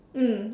mm